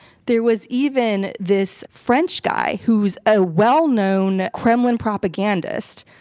there was even this french guy who's a well-known kremlin propagandist,